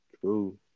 True